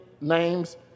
names